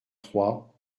trois